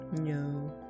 No